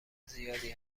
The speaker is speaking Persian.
زیادی